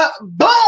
boom